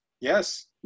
yes